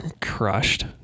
crushed